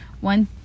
One